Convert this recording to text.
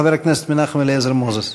חבר הכנסת מנחם אליעזר מוזס.